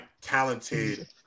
talented